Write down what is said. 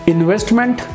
Investment